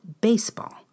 baseball